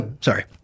Sorry